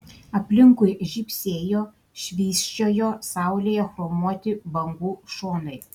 aplinkui žybsėjo švysčiojo saulėje chromuoti bangų šonai